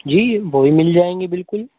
جی وہ بھی مل جائیں گے بالکل